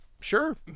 Sure